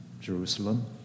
Jerusalem